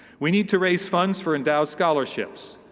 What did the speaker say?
we need to raise funds for endowed scholarships,